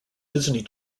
disney